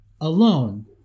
alone